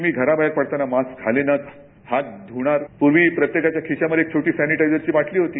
मी घराबाहेर पडताना मास्क घालेनच हात धूणार पूर्वी प्रत्येकाच्या खिशामध्ये छोटी सॅनीटायझरची बाटली होती